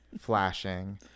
flashing